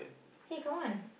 hey come on